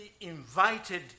invited